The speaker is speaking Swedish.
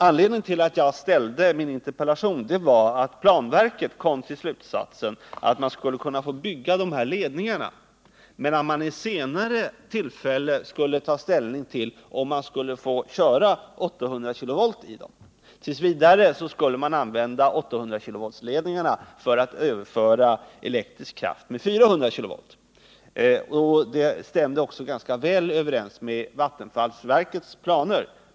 Anledningen till att jag framställde min interpellation var emellertid att planverket kom till slutsatsen att man skulle kunna få bygga ledningar, men att planverket vid ett senare tillfälle skulle ta ställning till om man skulle få köra 800 kV i dem. T. v. skulle man få använda 800-kV-ledningarna för att överföra elektrisk kraft med 400 kV. Det stämde också ganska väl överens med vattenfallsverkets planer.